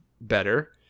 better